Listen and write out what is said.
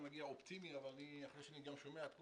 אני מגיע אופטימי אבל אחרי שאני גם שומע את כולם,